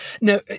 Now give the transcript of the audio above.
Now